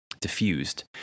diffused